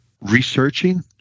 researching